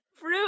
fruit